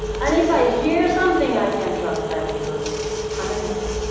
and if i hear something, i can't trust that, because i'm a mess.